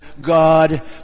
God